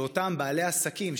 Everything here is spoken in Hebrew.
ואותם בעלי עסקים,